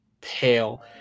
pale